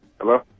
Hello